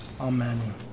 Amen